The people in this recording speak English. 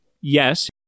Yes